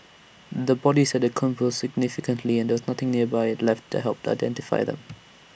the bodies had decomposed significantly and there was nothing nearby left that helped identify them